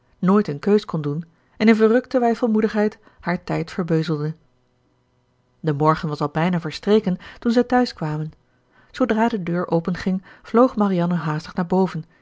nooit een keus kon doen en in verrukte weifelmoedigheid haar tijd verbeuzelde de morgen was al bijna verstreken toen zij thuis kwamen zoodra de deur openging vloog marianne haastig naar boven